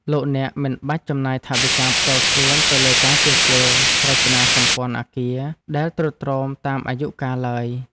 លោកអ្នកមិនបាច់ចំណាយថវិកាផ្ទាល់ខ្លួនទៅលើការជួសជុលរចនាសម្ព័ន្ធអគារដែលទ្រុឌទ្រោមតាមអាយុកាលឡើយ។